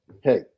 Hey